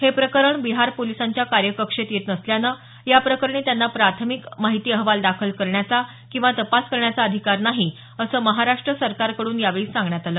हे प्रकरण बिहार पोलिसांच्या कार्यकक्षेत येत नसल्यानं या प्रकरणी त्यांना प्राथमिक माहिती अहवाल दाखल करण्याचा किंवा तपास करण्याचा अधिकार नाही असं महाराष्ट्र सरकारकडून यावेळी सांगण्यात आलं